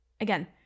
again